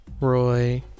Roy